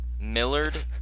Millard